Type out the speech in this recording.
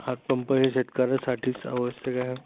हातपंप हे शेतकऱ्यासाठीच आवश्यक आहे